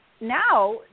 now